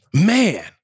man